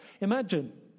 imagine